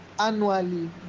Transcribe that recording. annually